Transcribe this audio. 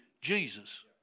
Jesus